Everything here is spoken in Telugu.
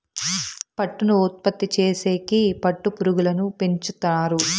పట్టును ఉత్పత్తి చేసేకి పట్టు పురుగులను పెంచుతారు